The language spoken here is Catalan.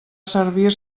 servir